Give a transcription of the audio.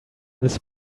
this